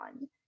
on